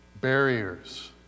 barriers